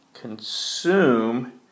consume